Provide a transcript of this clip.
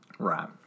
Right